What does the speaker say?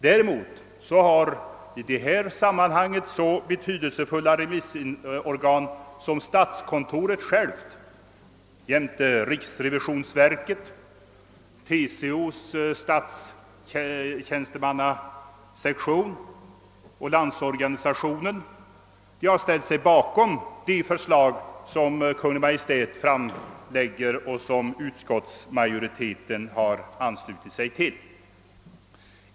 Däremot har i detta sammanhang så betydelsefulla remissorgan som statskontoret självt, riksrevisionsverket. TCO:s statstjänstemannasektion och LO ställt sig bakom det förslag, som Kungl. Maj:t framlagt och som utskottsmajoriteten nu anslutit sig till.